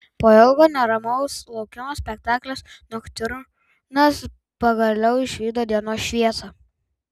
po ilgo neramaus laukimo spektaklis noktiurnas pagaliau išvydo dienos šviesą